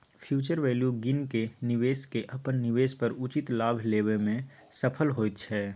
future value गिन केँ निबेशक अपन निबेश पर उचित लाभ लेबा मे सफल होइत छै